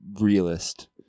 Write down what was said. realist